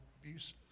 abuse